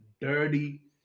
dirty